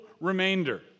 remainder